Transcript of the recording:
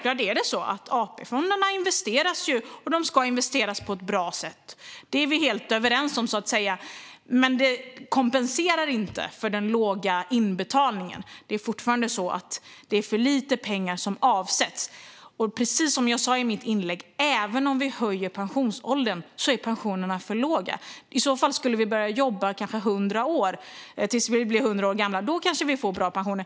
AP-fonderna investeras, och de ska investeras på ett bra sätt. Det är vi helt överens om. Men det kompenserar inte för den låga inbetalningen. Det är fortfarande för lite pengar som avsätts. Precis som jag sa i mitt inlägg är pensionerna för låga även om vi höjer pensionsåldern. Om vi jobbar tills vi blir 100 år gamla kanske vi får bra pensioner.